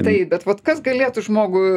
taip bet vat kas galėtų žmogų